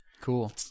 Cool